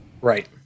right